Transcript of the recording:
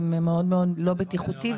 זה מאוד-מאוד לא בטיחותי,